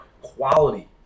quality